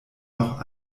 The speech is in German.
noch